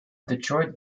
detroit